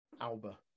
Alba